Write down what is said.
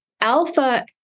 alpha